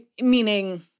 meaning